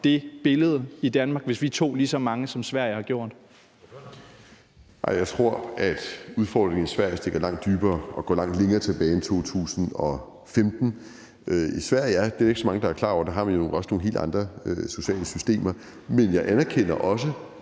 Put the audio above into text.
(Jeppe Søe): Ordføreren. Kl. 19:16 Martin Lidegaard (RV): Jeg tror, at udfordringen i Sverige stikker langt dybere og går langt længere tilbage end til 2015. I Sverige – det er ikke så mange, der er klar over det – har man også nogle helt andre sociale systemer, men jeg anerkender også,